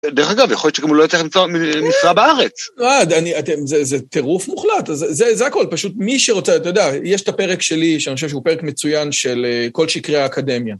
דרך אגב, יכול להיות שגם הוא לא יצליח למצוא משרה בארץ. אה, זה טירוף מוחלט, זה הכל, פשוט מי שרוצה, אתה יודע, יש את הפרק שלי, שאני חושב שהוא פרק מצוין של כל שקרי האקדמיה.